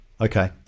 Okay